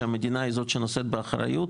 שהמדינה היא זאת שנושאת באחריות,